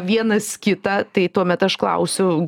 vienas kitą tai tuomet aš klausiu